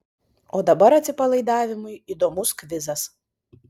o dabar atsipalaidavimui įdomus kvizas